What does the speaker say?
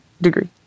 degree